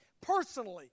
personally